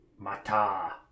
Mata